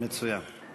מצוין.